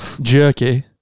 jerky